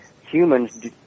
Humans